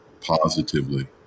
positively